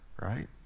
right